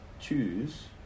choose